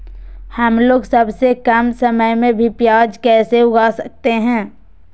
हमलोग सबसे कम समय में भी प्याज कैसे उगा सकते हैं?